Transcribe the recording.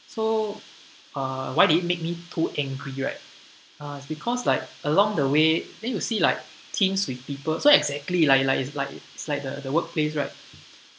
so uh why did it make me too angry right uh is because like along the way then you see like teams with people so exactly lah is like it's like it's like the workplace right